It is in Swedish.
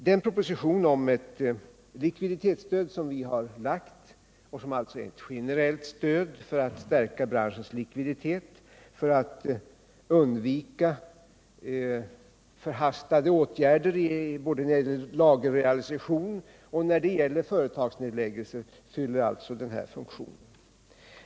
Den proposition om ett likviditetsstöd som vi har lagt fram — den gäller alltså ett generellt stöd för att stärka branschens likviditet och undvika förhastade åtgärder både när det gäller lagerrealisation och när det gäller företagsnedläggelser — fyller den här funktionen.